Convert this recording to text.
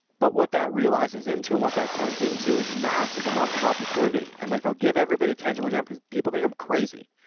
but what that realizes into and what that turns into is massive amounts of opportunity. and like, i'll give everybody a tangible exam because people think i'm crazy.